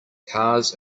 cars